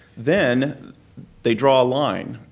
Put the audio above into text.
then they draw a line.